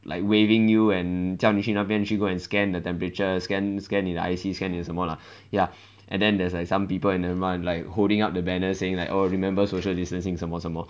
like waving you and 叫你去那边去 go and scan at the temperatures scan scan 你的 I_C 还是什么 lah ya and then there's like some people in front like holding up the banner saying like oh remember social distancing 什么什么